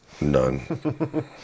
None